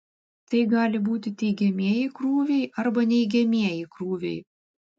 tai gali būti teigiamieji krūviai arba neigiamieji krūviai